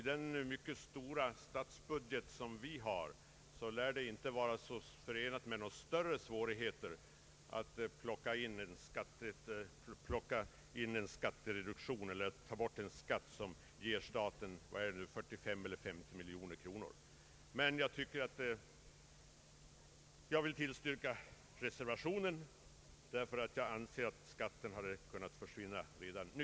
I den mycket stora statsbudget vi har lär det inte vara förenat med större svårigheter att finna ekonomiskt utrymme för att ta bort en skatt som ger staten 43 eller 50 miljoner kronor. Jag vill emellertid tillstyrka reservationen därför att jag anser att skatten hade kunnat försvinna redan nu.